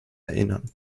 erinnern